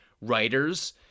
Writers